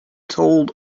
told